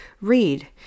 read